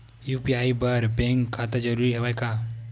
UPI बर bank खाता जरूरी हवय का?